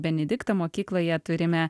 benedikto mokykloje turime